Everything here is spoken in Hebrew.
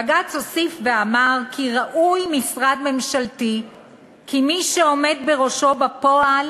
בג"ץ הוסיף ואמר כי "ראוי משרד ממשלתי כי מי שעומד בראשו בפועל